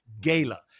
gala